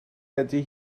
ydy